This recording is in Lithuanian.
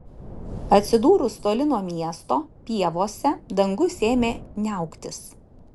atsidūrus toli nuo miesto pievose dangus ėmė niauktis